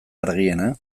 argiena